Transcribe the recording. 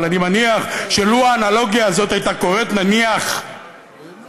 אבל אני מניח שלו האנלוגיה הזאת הייתה קורית נניח בגרמניה,